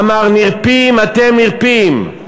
אמר: נרפים אתם נרפים,